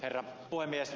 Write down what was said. herra puhemies